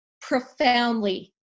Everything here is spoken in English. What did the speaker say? profoundly